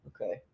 okay